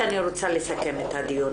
כי אני רוצה לסכם את הדיון.